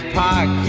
park